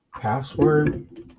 Password